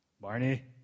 Barney